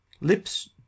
lips